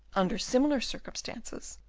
under similar circumstances,